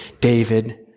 David